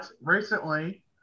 recently